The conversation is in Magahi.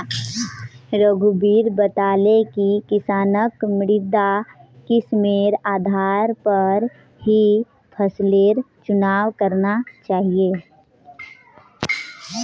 रघुवीर बताले कि किसानक मृदा किस्मेर आधार पर ही फसलेर चुनाव करना चाहिए